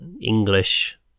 English